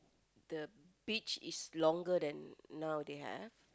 the beach is longer than now they have